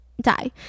die